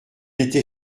était